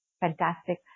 Fantastic